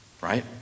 Right